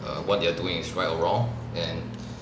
err what they are doing is right or wrong and